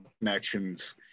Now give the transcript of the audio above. connections